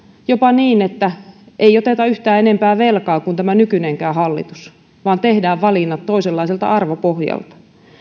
jopa niin että ei oteta yhtään enempää velkaa kuin nykyinenkään hallitus vaan tehdään valinnat toisenlaiselta arvopohjalta